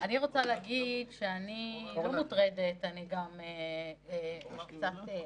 להגיד שאני לא מוטרדת, אני גם קצת המומה,